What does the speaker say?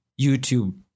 YouTube